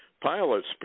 pilots